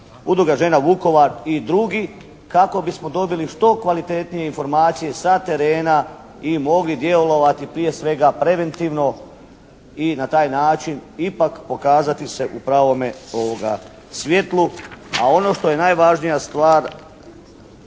Udruga žena Vukovar i drugi, kako bismo dobili što kvalitetnije informacije sa terena i mogli djelovati prije svega preventivno i na taj način ipak pokazati se u pravom svjetlu, a ono što je najvažnija stvar